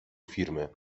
firmy